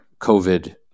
COVID